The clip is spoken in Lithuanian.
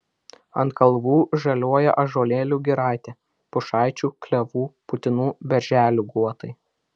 ant kalvų žaliuoja ąžuolėlių giraitė pušaičių klevų putinų berželių guotai